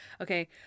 Okay